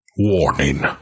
Warning